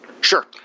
Sure